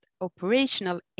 operational